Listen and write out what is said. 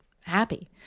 happy